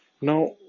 Now